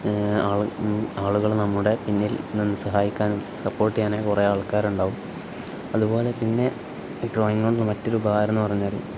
ആൾ ആളുകൾ നമ്മുടെ പിന്നിൽ നിന്ന് സഹായിക്കാനും സപ്പോർട്ട് ചെയ്യാൻ കുറേ ആൾക്കാർ ഉണ്ടാകും അതുപോലെ തന്നെ ഈ ഡ്രോയിങ് ഉണ്ട് മറ്റൊരു ഉപകാരം എന്ന് പറഞ്ഞാൽ